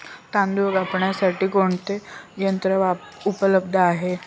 तांदूळ कापण्यासाठी कोणते यंत्र उपलब्ध आहे?